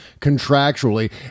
contractually